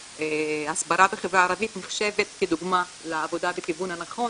ההסברה בחברה הערבית נחשבת כדוגמה לעבודה בכיוון הנכון,